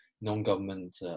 non-government